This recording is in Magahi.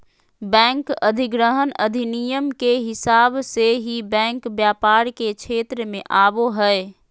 बैंक अधिग्रहण अधिनियम के हिसाब से ही बैंक व्यापार के क्षेत्र मे आवो हय